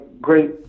great